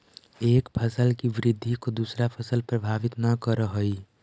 एक फसल की वृद्धि को दूसरा फसल प्रभावित न करअ हई